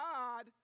God